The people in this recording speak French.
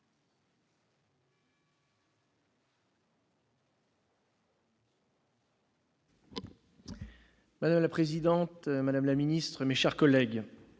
Madame la présidente, madame la ministre, chers collègues,